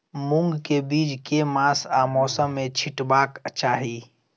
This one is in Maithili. मूंग केँ बीज केँ मास आ मौसम मे छिटबाक चाहि?